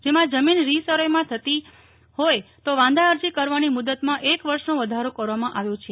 જેમાં જમીન રી સર્વેમાં થતી હોય તો વાંધા અરજી કરવાની મુદતમાં એક વર્ષનો વધારો કરવામાં આવ્યો છે